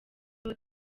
www